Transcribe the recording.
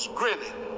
grinning